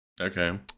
Okay